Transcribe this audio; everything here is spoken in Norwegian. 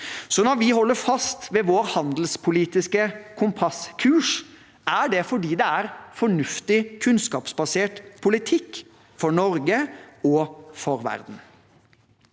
Når vi holder fast ved vår handelspolitiske kompasskurs, er det fordi det er fornuftig, kunnskapsbasert politikk for Norge og for verden.